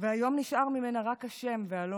והיום נשארו ממנה רק השם והלוגו.